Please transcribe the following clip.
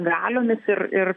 galiomis ir ir